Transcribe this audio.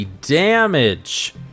damage